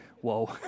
whoa